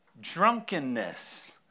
drunkenness